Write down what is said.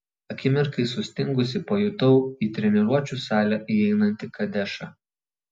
akimirkai sustingusi pajutau į treniruočių salę įeinantį kadešą